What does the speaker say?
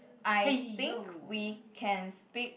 I think we can speak